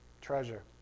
treasure